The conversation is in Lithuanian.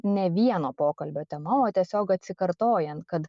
ne vieno pokalbio tema o tiesiog atsikartojant kad